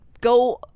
go